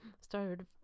started